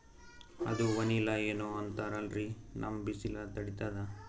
ಅದು ವನಿಲಾ ಏನೋ ಅಂತಾರಲ್ರೀ, ನಮ್ ಬಿಸಿಲ ತಡೀತದಾ?